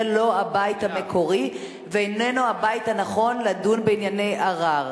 לא הבית המקורי ואיננו הבית הנכון לדון בענייני ערר.